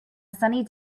sunny